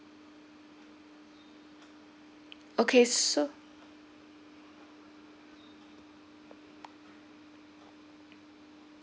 okay so